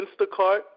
Instacart